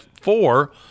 four